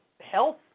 health